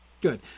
Good